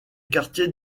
quartiers